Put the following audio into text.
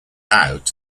out